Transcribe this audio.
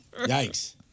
Yikes